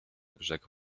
rzekł